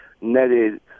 netted